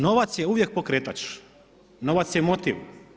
Novac je uvijek pokretač, novac je motiv.